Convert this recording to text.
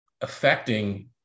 affecting